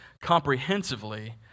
comprehensively